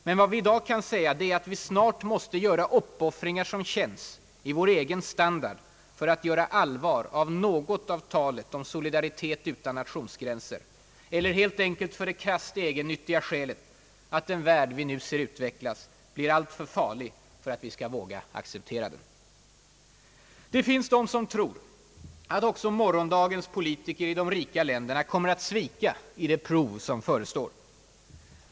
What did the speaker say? Men vad vi i dag kan säga är att vi snart måste göra uppoffringar som känns i vår egen standard för att göra allvar av något av talet om solidaritet utan nationsgränser eller helt enkelt för det krasst egennyttiga skälet att den värld vi nu ser utvecklas blir alltför farlig för att vi skall våga acceptera den. Det finns de som tror att också morgondagens politiker i de rika länderna kommer att svika i det prov som förestår.